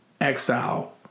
exile